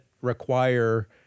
require